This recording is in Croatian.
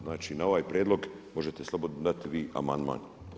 Znači na ovaj prijedlog možete slobodno dati vi amandman.